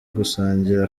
gusangira